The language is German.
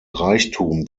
reichtum